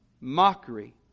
Mockery